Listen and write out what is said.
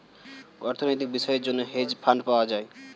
অর্থনৈতিক বিষয়ের জন্য হেজ ফান্ড পাওয়া যায়